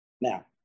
now